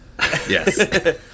Yes